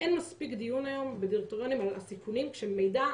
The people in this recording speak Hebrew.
אין מספיק דיון היום בדירקטוריונים על הסיכונים כשמידע,